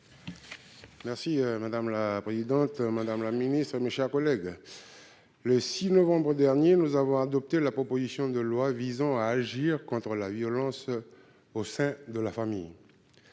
Merci madame la présidente, madame la ministre, mes chers collègues, le 6 novembre dernier nous avons adopté la proposition de loi visant à agir contre la violence au sein de la famille,